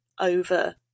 over